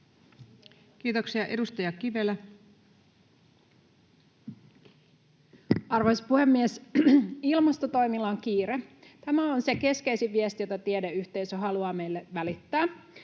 Kiitoksia. — Edustaja Kivelä. Arvoisa puhemies! Ilmastotoimilla on kiire. Tämä on se keskeisin viesti, jota tiedeyhteisö haluaa meille välittää.